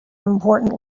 important